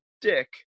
dick